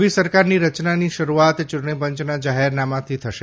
નવી સરકારની રચનાની શરૂઆત ચૂંટણી પંચના જાહેરનામાથી થશે